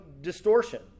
distortion